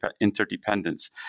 interdependence